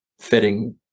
Fitting